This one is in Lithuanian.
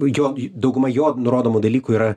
jo daugumą jo nurodomų dalykų yra